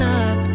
up